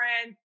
friend